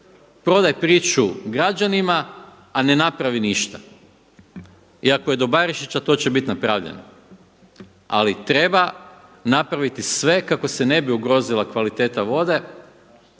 Prodaj priču građanima, a ne napravi ništa. I ako je do Barišića to će bit napravljeno. Ali treba napraviti sve kako se ne bi ugrozila kvaliteta vode